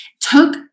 took